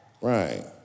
right